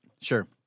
Sure